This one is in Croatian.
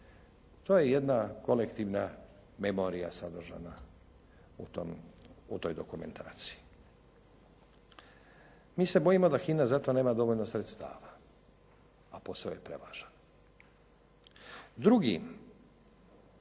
To je jedna kolektivna memorija sačuvana u tom, u toj dokumentaciji. Mi se bojimo da HINA za to nema dovoljno sredstava a posao je prevažan.